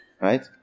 Right